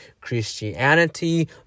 Christianity